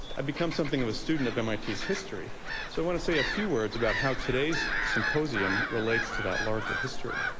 i've become something of a student of mit history. so i want to say a few words about how today's symposium relates to that larger history.